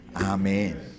Amen